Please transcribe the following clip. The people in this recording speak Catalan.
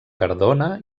cardona